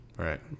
Right